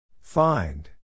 Find